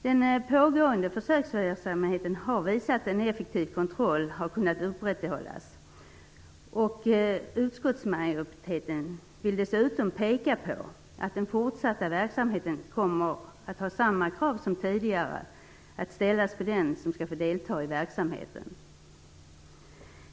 Den pågående försöksverksamheten har visat att en effektiv kontroll har kunnat upprätthållas. Utskottsmajoriteten vill dessutom peka på, att i den fortsatta verksamheten kommer samma krav som tidigare att ställas på den som skall få delta i verksamheten.